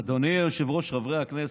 אדוני היושב-ראש, חברי הכנסת,